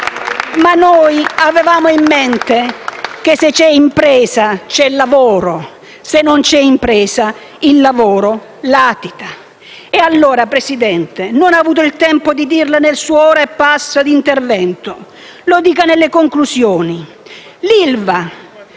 Ma noi avevamo in mente che, se c'è impresa, c'è lavoro; se non c'è impresa, il lavoro latita. Presidente, non ha avuto il tempo di dirlo nel suo intervento di oltre un'ora; lo dica nelle conclusioni: